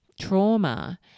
trauma